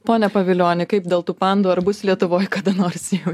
pone pavilioni kaip dėl tų pandų ar bus lietuvoj kada nors jų